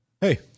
Hey